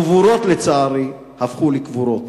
הגבורות, לצערי, הפכו לקבורות.